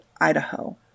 Idaho